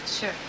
Sure